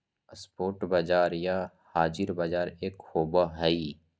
spot बाजार या हाज़िर बाजार एक होबो हइ